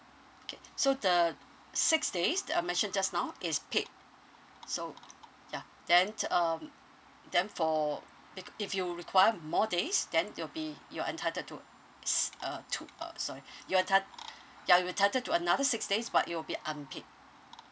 okay so the six days that I mentioned just now is paid so ya then th~ um then for bec~ if you require more days then you'll be you're entitled to s~ uh two uh sorry you're enti~ ya you entitled to another six days but it'll be unpaid